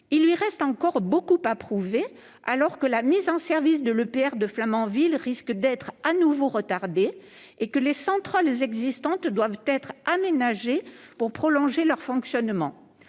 Il lui reste beaucoup à prouver, alors que la mise en service de l'EPR de Flamanville risque d'être de nouveau retardée et que les centrales existantes doivent être aménagées pour que leur fonctionnement